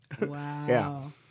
Wow